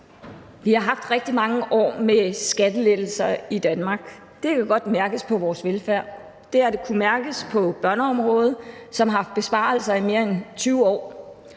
Vi har haft rigtig mange år med skattelettelser i Danmark. Det kan godt mærkes på vores velfærd. Det har kunnet mærkes på børneområdet, som har været udsat for besparelser i mere end 20 år.